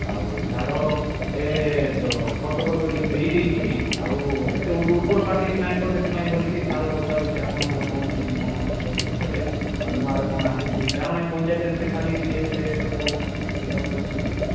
ଆଉ ସାର ଏ ଯେଉଁ ଖତ ଫତ ଟିକିଏ ଦେଇଦେଇଛି ଆଉ ଏତେ ଉର୍ବର ଉର୍ବର ମାଟି ବି ନାହିଁ ତ ସେଥିପାଇଁ ବୋଲିକି ସାର ପଚାରୁଛି ଆପଣଙ୍କର କ'ଣ କେମିତି କ'ଣ ଅଛି ବୋଲିକି ସେପଟେ ଆଉ ନୂଆର କ'ଣ ଆସିଛି କାରଣ ଏ ପଞ୍ଚାୟତରେ ସେ ଖାଲି ଡିପ ଏଫ୍ ଏ ଏସବୁ ଏଗୁଡ଼ାକ ଦେଉଛନ୍ତି